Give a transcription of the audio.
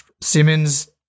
Simmons